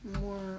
more